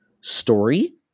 story